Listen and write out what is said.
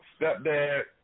stepdad